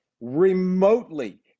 remotely